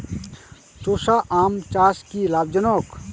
চোষা আম চাষ কি লাভজনক?